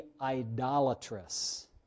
idolatrous